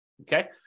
okay